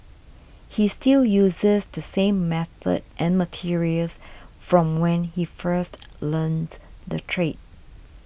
he still uses the same method and materials from when he first learnt the trade